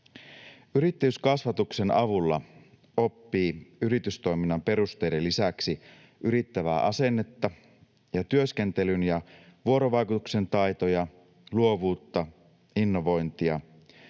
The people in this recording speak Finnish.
Yrittäjyyskasvatuksen avulla oppii yritystoiminnan perusteiden lisäksi yrittävää asennetta ja työskentelyn ja vuorovaikutuksen taitoja, luovuutta, innovointia,